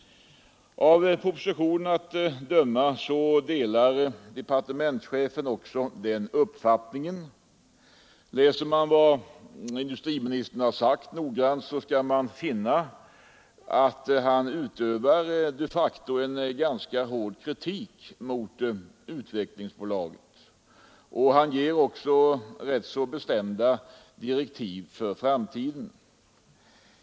Av propositionen att döma delar departementschefen den uppfattningen. Läser man noggrant vad industriministern har sagt, skall man finna att han de facto riktar en ganska hård kritik mot Utvecklingsbolaget, och han ger också rätt bestämda direktiv för framtiden.